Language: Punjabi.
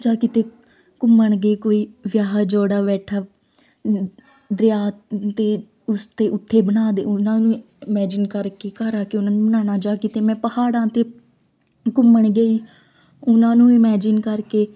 ਜਾਂ ਕਿਤੇ ਘੁੰਮਣ ਗਏ ਕੋਈ ਵਿਆਹਿਆ ਜੋੜਾ ਬੈਠਾ ਦਰਿਆ 'ਤੇ ਉਸ 'ਤੇ ਉੱਥੇ ਬਣਾ ਦੇ ਉਹਨਾਂ ਨੂੰ ਇਮੈਜਿਨ ਕਰ ਕੇ ਘਰ ਆ ਕੇ ਉਹਨਾਂ ਨੂੰ ਬਣਾਉਣਾ ਜਾਂ ਕਿਤੇ ਮੈਂ ਪਹਾੜਾਂ 'ਤੇ ਘੁੰਮਣ ਗਈ ਉਹਨਾਂ ਨੂੰ ਇਮੈਜਿਨ ਕਰਕੇ